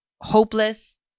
hopeless